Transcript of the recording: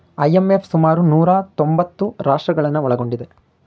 IMF ಸುಮಾರು ನೂರಾ ತೊಂಬತ್ತು ರಾಷ್ಟ್ರಗಳನ್ನು ಒಳಗೊಂಡಿದೆ